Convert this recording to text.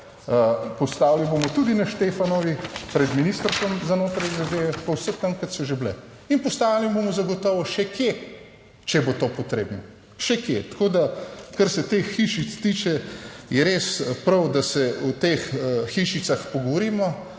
Postavili bomo tudi na Štefanovi pred Ministrstvom za notranje zadeve, povsod tam kot so že bile in postavili bomo zagotovo še kje, če bo to potrebno še kje. Tako da kar se teh hišic tiče, je res prav, da se o teh hišicah pogovorimo